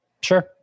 sure